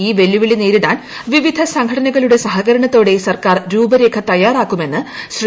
ഇൌ വെല്ലുവിളി നേരിടാൻ വിവിധ സംഘടനകളുടെ സഹകരണത്തോടെ സർക്കാർ രൂപരേഖ തയ്യാറാക്കുമെന്ന് ശ്രീ